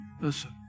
listen